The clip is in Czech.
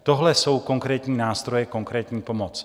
Tohle jsou konkrétní nástroje, konkrétní pomoc.